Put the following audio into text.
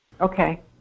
Okay